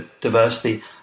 diversity